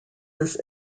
this